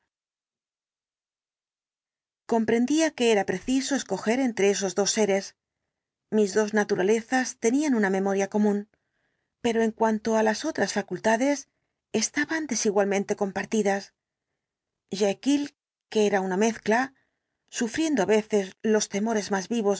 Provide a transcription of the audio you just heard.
comprendía que era preciso escoger entre esos dos seres mis dos naturalezas tenían una memoria común pero en cuanto á las otras facultades estaban desigualmente compartidas jekyll que era una mezcla sufriendo á veces los temores más vivos